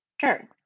Sure